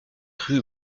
rue